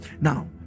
Now